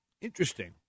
Interesting